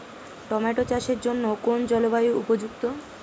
Tomato চাষের জন্য কোন জলবায়ু উপযুক্ত?